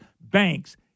banks